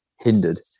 hindered